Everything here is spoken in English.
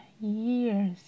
years